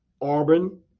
Auburn